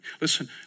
Listen